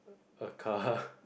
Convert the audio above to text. a car